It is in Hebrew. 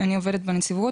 אני עובדת בנציבות